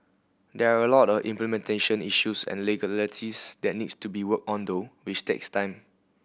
there are a lot of implementation issues and legalities that needs to be worked on though which takes time